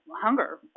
hunger